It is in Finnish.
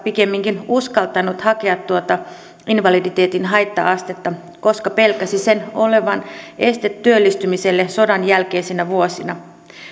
pikemminkin uskaltanut hakea tuota invaliditeetin haitta astetta koska pelkäsi sen olevan este työllistymiselle sodan jälkeisinä vuosina